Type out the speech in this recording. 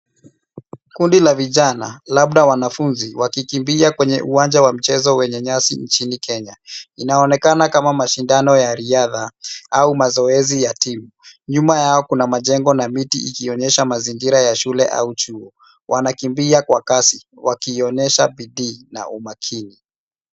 Kundi la vijana labda wanafunzi wakikimbia kwenye uwanja wa mchezo wenye nyasi nchini Kenya. Inaonekana kama mashindano ya riadha au mazoezi ya timu. Nyuma yao kuna majengo na miti ikionyesha mazingira ya shule au chuo. Wanakimbia kwa kasi wakionyesha bidii na umakini.